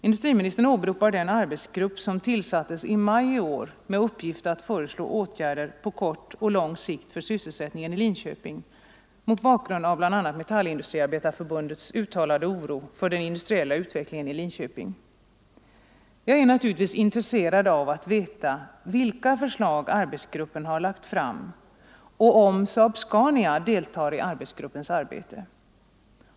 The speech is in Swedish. Industriministern åberopar den arbetsgrupp som tillsattes i maj i år med uppgift att föreslå åtgärder på kort och lång sikt för sysselsättningen i Linköping mot bakgrund av bl.a. Metallindustriarbetareförbundets uttalade oro för den industriella utvecklingen i Linköping. Jag är naturligtvis intresserad av att veta vilka förslag arbetsgruppen har lagt fram och om SAAB-Scania deltar i arbetsgruppens arbete.